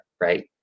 right